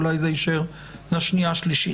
אולי זה יישאר לקריאה השנייה והשלישית.